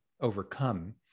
overcome